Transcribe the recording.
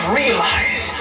realize